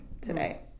today